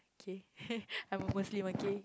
okay I'm a muslim okay